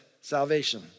salvation